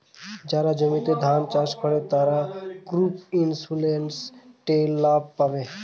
যারা জমিতে ধান চাষ করে, তারা ক্রপ ইন্সুরেন্স ঠেলে লাভ পাবে